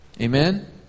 Amen